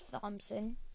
thompson